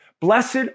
blessed